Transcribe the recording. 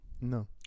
No